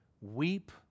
weep